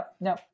No